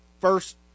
First